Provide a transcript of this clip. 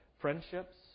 friendships